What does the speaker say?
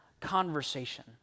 conversation